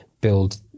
build